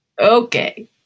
Okay